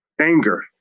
Anger